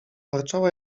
warczała